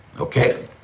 okay